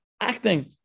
acting